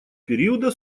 периода